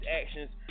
actions